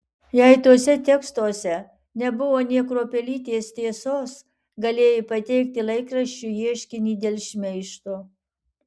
jei tuose tekstuose nebuvo nė kruopelytės tiesos galėjai pateikti laikraščiui ieškinį dėl šmeižto